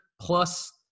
plus